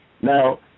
Now